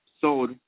sold